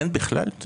אין בכלל?